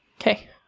okay